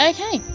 Okay